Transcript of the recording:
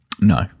no